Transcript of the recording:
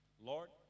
Lord